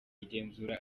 igenzura